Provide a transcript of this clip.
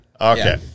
Okay